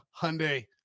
Hyundai